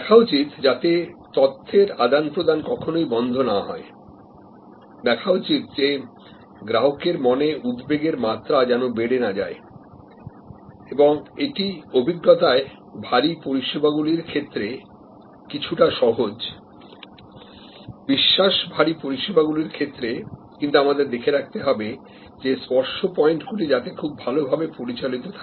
দেখা উচিত যাতে তথ্যের আদান প্রদান কখনোই বন্ধ না হয় দেখা উচিত যে গ্রাহকের মনে উদ্বেগের মাত্রা যেন বেড়ে না যায় এবং এটি অভিজ্ঞতায় ভারী পরিষেবাগুলির ক্ষেত্রে কিছুটা সহজ বিশ্বাস ভারী পরিষেবাগুলির থেকে কিন্তু আমাদের দেখে রাখতে হবে যে স্পর্শ পয়েন্টগুলি যাতে খুব ভালোভাবে পরিচালিত থাকে